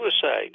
suicide